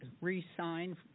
re-signed